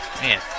Man